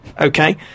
Okay